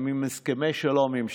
הוא עם הסכמי שלום עם שכנינו.